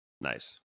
Nice